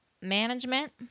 Management